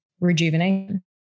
rejuvenation